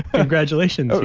congratulations,